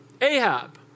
Ahab